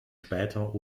später